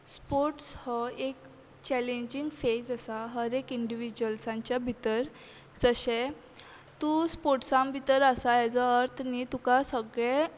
sports हो एक challenging phase आसा हर एक इंडिविज्वल्सांच्या भितर जशें तूं स्पोर्ट्सां भितर आसा हेजो अर्थ न्ही तुका सगळें